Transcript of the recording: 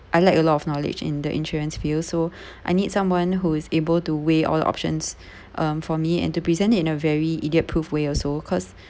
I lack a lot of knowledge in the insurance field so I need someone who is able to weigh all options um for me and to present it in a very idiot proof way also cause